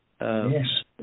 Yes